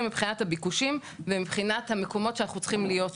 מבחינת הביקושים ומבחינת המקומות שאנחנו צריכים להיות שם.